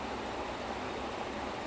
okay I don't I don't remember already lah